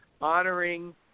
honoring